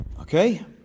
okay